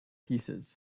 pieces